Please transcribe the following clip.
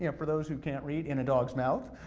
you know for those who can't read in a dogs mouth,